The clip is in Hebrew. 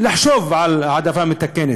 לחשוב על העדפה מתקנת.